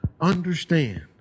understand